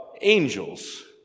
angels